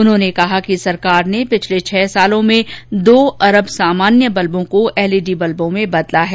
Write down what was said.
उन्होंने कहा कि सरकार ने पिछले छह वर्षो में दो अरब सामान्य बल्बों को एलईडी बल्बों में बदला है